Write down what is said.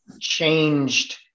changed